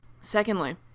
Secondly